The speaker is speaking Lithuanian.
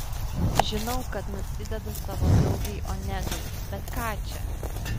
žinau kad nusidedu savo draugei onegai bet ką čia